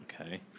Okay